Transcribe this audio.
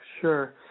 sure